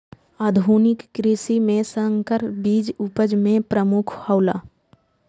आधुनिक कृषि में संकर बीज उपज में प्रमुख हौला